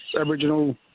Aboriginal